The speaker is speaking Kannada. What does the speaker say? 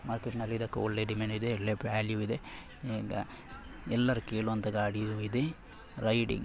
ಮಾರ್ಕೆಟಿನಲ್ಲಿ ಇದಕ್ಕೆ ಒಳ್ಳೆಯ ಡಿಮ್ಯಾಂಡಿದೆ ಒಳ್ಳೆಯ ವ್ಯಾಲ್ಯೂ ಇದೆ ಎಲ್ಲರೂ ಕೇಳುವಂಥ ಗಾಡಿಯೂ ಇದೆ ರೈಡಿಂಗ್